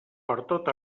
pertot